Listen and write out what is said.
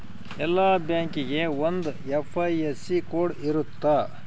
ಎಲ್ಲಾ ಬ್ಯಾಂಕಿಗೆ ಒಂದ್ ಐ.ಎಫ್.ಎಸ್.ಸಿ ಕೋಡ್ ಇರುತ್ತ